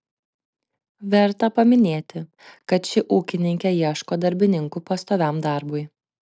verta paminėti kad ši ūkininkė ieško darbininkų pastoviam darbui